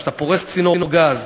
כשאתה פורס צינור גז,